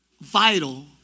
vital